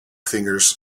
fingers